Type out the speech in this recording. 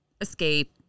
escape